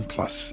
Plus